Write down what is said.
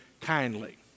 kindly